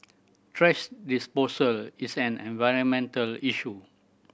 thrash disposal is an environmental issue